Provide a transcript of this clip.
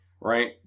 right